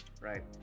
Right